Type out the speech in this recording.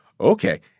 okay